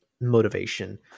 motivation